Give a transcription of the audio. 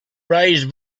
raised